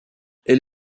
elle